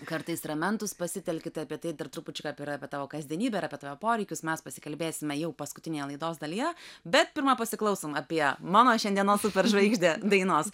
kartais ramentus pasitelkite tai apie tai dar trupučiuką ir apie tavo kasdienybę ir apie tavo poreikius mes pasikalbėsime jau paskutinėje laidos dalyje bet pirma pasiklausom apie mano šiandienos superžvaigždę dainos